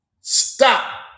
stop